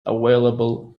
available